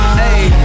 hey